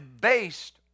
based